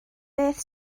beth